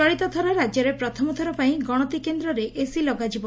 ଚଳିତ ଥର ରାଜ୍ୟରେ ପ୍ରଥମଥର ପାଇଁ ଗଶତି କେନ୍ଦରେ ଏସି ଲଗାଯିବ